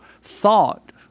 thought